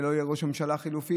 לא יהיה ראש ממשלה חלופי,